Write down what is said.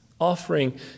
offering